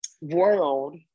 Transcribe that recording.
world